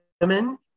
women